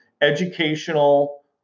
educational